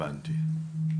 הבנתי.